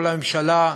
כל הממשלה,